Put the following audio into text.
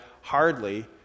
hardly